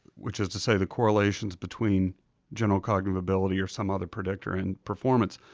which is to say the correlations between general cognitive ability, or some other predictor, and performance,